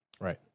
Right